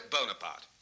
bonaparte